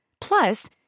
Plus